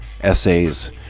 essays